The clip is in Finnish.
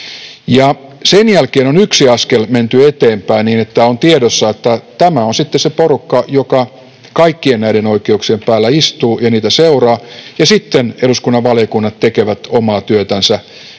Sen jälkeen on yksi askel menty eteenpäin, niin että on tiedossa, että tämä on sitten se porukka, joka kaikkien näiden oikeuksien päällä istuu ja niitä seuraa, ja sitten eduskunnan valiokunnat tekevät omaa työtänsä